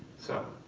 so,